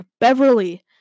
Beverly